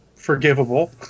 forgivable